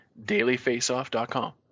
dailyfaceoff.com